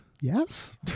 yes